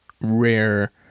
rare